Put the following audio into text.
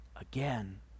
again